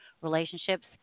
relationships